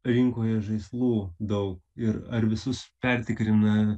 rinkoje žaislų daug ir ar visus pertikrina